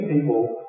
people